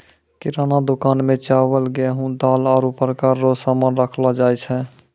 किराना दुकान मे चावल, गेहू, दाल, आरु प्रकार रो सामान राखलो जाय छै